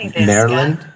Maryland